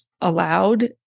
allowed